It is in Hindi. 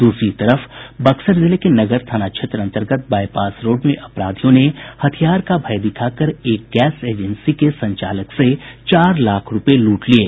दूसरी तरफ बक्सर जिले के नगर थाना क्षेत्र अंतर्गत बाईपास रोड में अपराधियों ने हथियार का भय दिखाकर एक गैस एजेंसी के संचालक से चार लाख रूपये लूट लिये